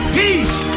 peace